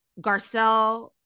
Garcelle